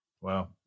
Wow